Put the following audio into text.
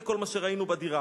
זה כל מה שראינו בדירה".